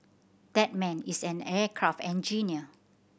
that man is an aircraft engineer